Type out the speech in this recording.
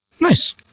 Nice